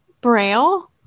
Braille